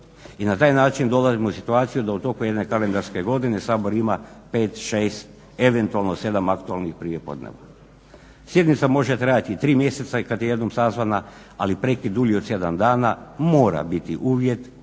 i na taj način dolazimo u situaciju da u toku jedne kalendarske godine Sabor ima pet, šest eventualno sedam aktualnih prijepodneva. Sjednica može trajati tri mjeseca i kada je jednom sazvana, ali prekid dulji od sedam dana mora biti uvjet za